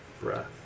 Breath